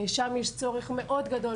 שם יש צורך מאוד גדול,